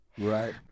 Right